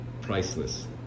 priceless